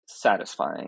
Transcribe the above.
satisfying